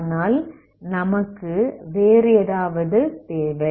ஆனால் நமக்கு வேறு ஏதாவது தேவை